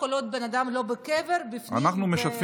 לא, אני באתי